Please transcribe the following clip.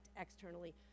externally